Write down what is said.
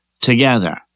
together